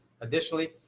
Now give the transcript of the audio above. Additionally